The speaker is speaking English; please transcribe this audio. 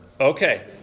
Okay